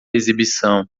exibição